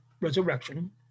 resurrection